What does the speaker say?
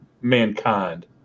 mankind